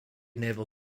naval